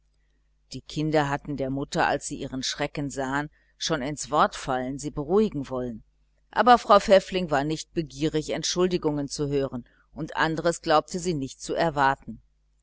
die kinder hatten der mutter als sie ihren schrecken sahen schon ins wort fallen sie beruhigen wollen aber frau pfäffling war nicht begierig entschuldigungen zu hören und anderes glaubte sie nicht erwarten